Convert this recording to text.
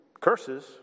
Curses